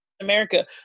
America